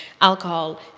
Alcohol